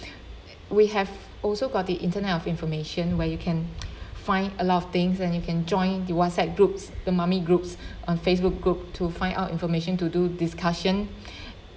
we have also got the internet of information where you can find a lot of things and you can join the WhatsApp group the mummy group on Facebook group to find out information to do discussion